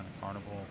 carnival